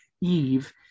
Eve